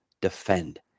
defend